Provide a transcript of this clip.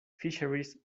fisheries